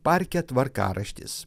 parke tvarkaraštis